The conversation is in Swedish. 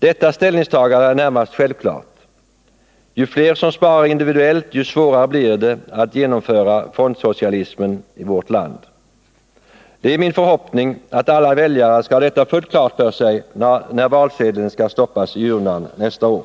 Detta ställningstagande är närmast självklart — ju fler som sparar individuellt desto svårare blir det att genomföra fondsocialismen i vårt land. Det är min förhoppning att alla väljare skall ha detta fullt klart för sig när valsedeln skall stoppas i urnan nästa år.